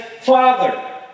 Father